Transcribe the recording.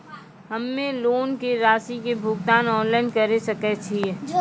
हम्मे लोन के रासि के भुगतान ऑनलाइन करे सकय छियै?